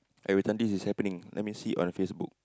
everytime this is happening let me see on Facebook